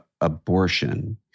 abortion